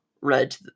read